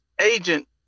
agent